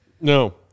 no